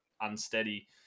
unsteady